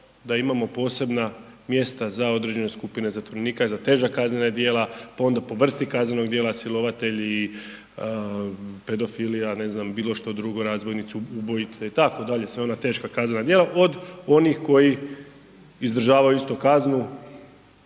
da imamo posebna mjesta za određene skupine zatvorenika za teža kaznena djela, pa onda po vrsti kaznenog djela, silovatelji i pedofili, ja ne znam bilo što drugo, razbojnici, ubojice itd., sve ona teška kaznena djela od onih koji izdržavaju isto kaznu